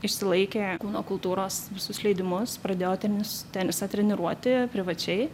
išsilaikė kūno kultūros visus leidimus pradėjo tenis tenisą treniruoti privačiai